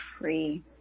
free